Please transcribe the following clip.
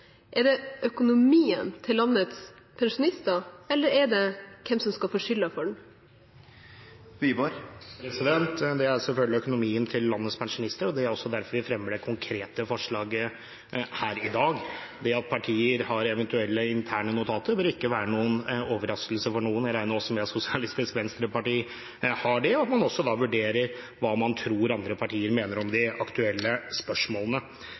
Er det økonomien til landets pensjonister, eller er det hvem som skal få skylden for den? Det er selvfølgelig økonomien til landets pensjonister. Det er derfor vi fremmer det konkrete forslaget her i dag. Det at partier har eventuelle interne notater, bør ikke være noen overraskelse for noen. Jeg regner også med at Sosialistisk Venstreparti har det, og at man også vurderer hva man tror andre partier mener om de aktuelle spørsmålene.